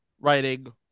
writing